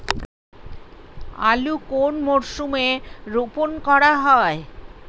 আলু কোন মরশুমে রোপণ করা হয়?